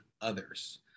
others